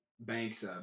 Banks